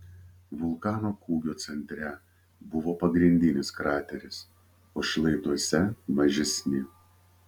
vulkano kūgio centre buvo pagrindinis krateris o šlaituose mažesni